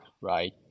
right